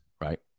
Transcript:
right